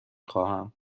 خواهم